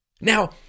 Now